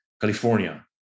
California